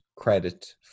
credit